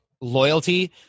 loyalty